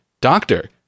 doctor